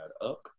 up